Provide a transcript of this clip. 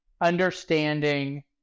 understanding